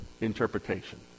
interpretation